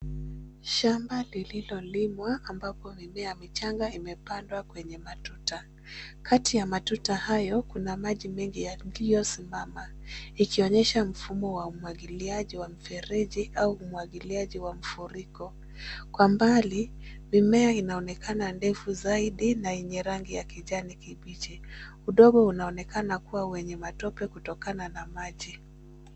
Shamba lililolimwa ambapo mimea michanga imepandwa kwenye matuta. Kati ya matuta hayo, kuna maji mengi yaliyosimama ikionyesha mfumo wa umwagiliaji wa mfereji au umwagiliaji wa mfuriko. Kwa mbali, mimea inaonekana ndefu zaidi na yenye rangi ya kijani kibichi. Udongo unaonekana kuwa wenye matope kutokana na maji.